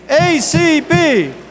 A-C-B